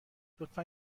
لطفا